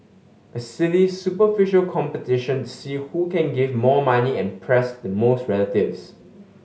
a silly superficial competition see who can give more money and press the most relatives